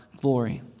glory